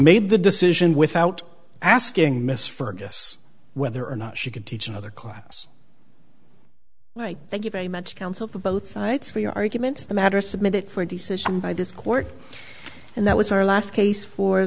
made the decision without asking miss fergus whether or not she could teach another class like thank you very much counsel for both sides of the arguments the matter submitted for decision by this court and that was our last case for